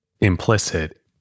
implicit